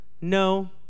No